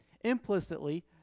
Implicitly